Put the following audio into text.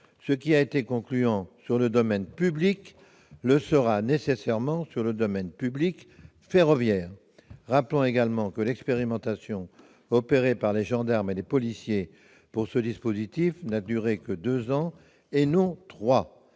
Ce qui a été concluant sur le domaine public le sera nécessairement sur le domaine public ferroviaire. Rappelons également que l'expérimentation opérée par les gendarmes et les policiers a duré deux ans seulement.